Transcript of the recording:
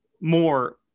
more